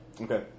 Okay